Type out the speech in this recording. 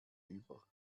über